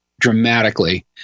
Dramatically